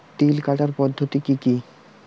তিল কাটার পদ্ধতি কি কি?